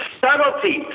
subtlety